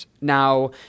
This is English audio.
Now